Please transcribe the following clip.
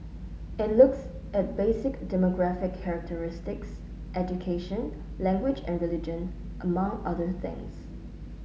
it looks at basic demographic characteristics education language and religion among other things